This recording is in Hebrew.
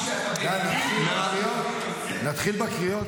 --- להתחיל בקריאות?